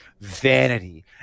Vanity